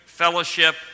fellowship